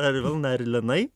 ar vilna ar linai